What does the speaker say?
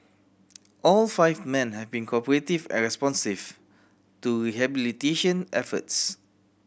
all five men have been cooperative and responsive to rehabilitation efforts